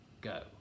go